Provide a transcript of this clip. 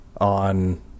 on